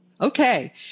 Okay